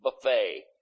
buffet